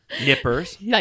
Nippers